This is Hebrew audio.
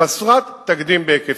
חסרת תקדים בהיקפה.